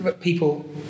People